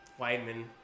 Weidman